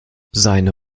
seine